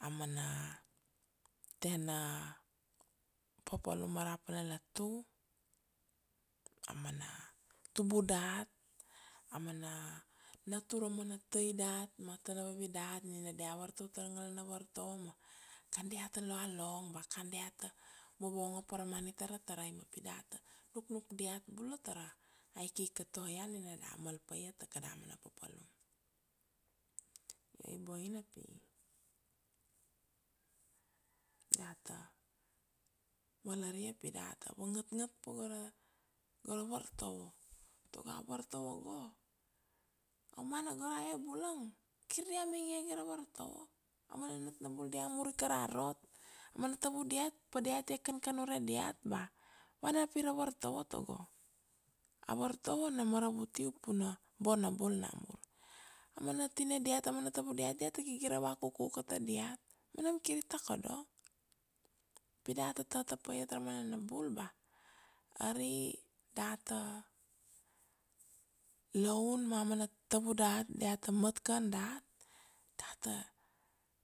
Amana tena papalum arama pal na latu, amana tubu dat, amana natur amana tai dat ma tana vavi dat nina dia vatur ta ra ngala na vartovo, ma kan diat ta loalong ba kan diat ta vovong apara mana tara tarai, ma pi dat ta nuknuk diat bula tara aikik ka toea nina ra malpaia ta kada mana papalum, io i boina pi dat ta valaria pi dat ta vung ngapngap pa gora gora vartovo, togo a vartovo go,, aumana go rae bulung kir dia mange ge ra vartovo, amana nat na bul dia murika ra rot, mana tavu diat pa diat ti kankan ba vana pi ra vartovo, togo a vartovo na maravut u pina boina bul namur, amana tina diat amana tabu diat diat ta gire gire vakukuka ta diat, ma nam kir i takodo pi dat ta tata pa iat ra raumana na bul, ba ari dat ta loun ma amana tabu dat diat ta mat ken dat, dat ta